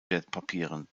wertpapieren